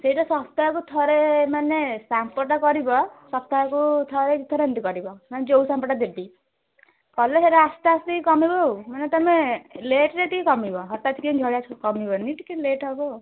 ସେଇଟା ସପ୍ତାହକୁ ଥରେ ମାନେ ଶାମ୍ପୁଟା କରିବ ସପ୍ତାହକୁ ଥରେ ଦୁଇଥର ଏମିତି କରିବ ମାନେ ଯେଉଁ ଶାମ୍ପୁଟା ଦେବି କଲେ ସେଇଟା ଆସ୍ତେ ଆସ୍ତେ କି କମିବ ଆଉ ମାନେ ତୁମେ ଲେଟ୍ରେ ଟିକେ କମିବ ହଠାତ୍ କିନା ଏଗୁଡ଼ାସବୁ କମିବନି ଟିକେ ଲେଟ୍ ହବ ଆଉ